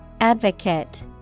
Advocate